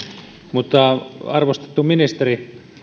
mutta arvostettu ministeri